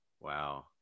Wow